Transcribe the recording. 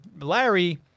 Larry